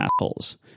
assholes